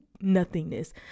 nothingness